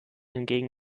hingegen